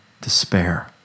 despair